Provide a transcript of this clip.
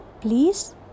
please